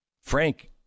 Frank